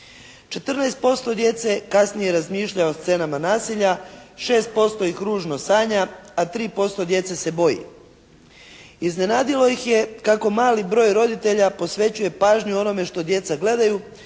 14% djece kasnije razmišlja o scenama nasilja, 6% ih ružno sanja a 3% djece se boji. Iznenadilo ih je kako mali broj roditelja posvećuje pažnju onome što djeca gledaju